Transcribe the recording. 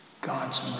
God's